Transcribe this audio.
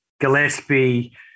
Gillespie